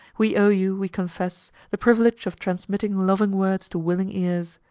we owe you, we confess, the privilege of transmitting loving words to willing ears.